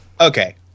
okay